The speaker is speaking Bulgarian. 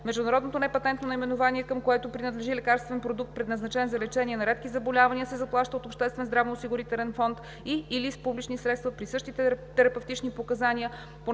Международното непатентно наименование, към което принадлежи лекарствен продукт, предназначен за лечение на редки заболявания, се заплаща от обществен здравноосигурителен фонд и/или с публични средства при същите терапевтични показания